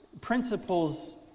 Principles